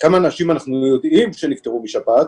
כמה אנשים אנחנו יודעים שנפטרו משפעת,